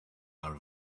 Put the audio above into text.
out